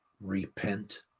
repent